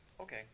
Okay